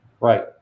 Right